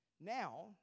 Now